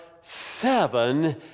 seven